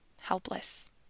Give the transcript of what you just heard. helpless